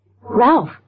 Ralph